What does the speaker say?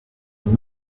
une